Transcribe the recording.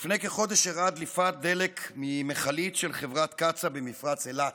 לפני כחודש אירעה דליפת דלק ממכלית של חברת קצא"א במפרץ אילת,